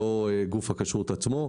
לא גוף הכשרות עצמו.